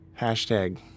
Hashtag